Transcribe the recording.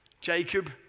Jacob